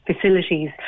facilities